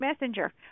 Messenger